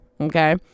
Okay